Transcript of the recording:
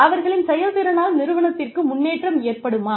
அவர்களின் செயல்திறனால் நிறுவனத்திற்கு முன்னேற்றம் ஏற்படுமா